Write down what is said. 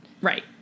Right